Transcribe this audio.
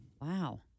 Wow